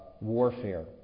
warfare